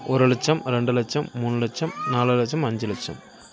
ஒரு லட்சம் ரெண்டு லட்சம் மூணு லட்சம் நாலு லட்சம் அஞ்சு லட்சம்